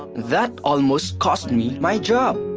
that almost cost me my job.